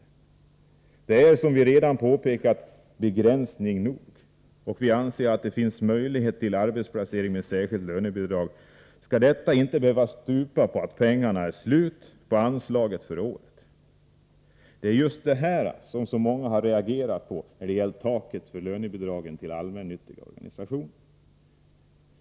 Det är, som vi redan har påpekat, begränsning nog. Vi anser att om det finns möjlighet till en arbetsplacering med särskilt lönebidrag, skall detta inte behöva stupa på att pengarna på anslaget är slut för året. Det är just detta som så många har reagerat mot när det gällt taket för lönebidragen till allmännyttiga organisationer.